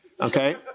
okay